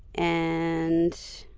and